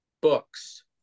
books